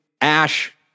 Ash